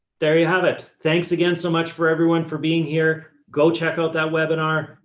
there. you have it. thanks again so much for everyone for being here. go check out that webinar.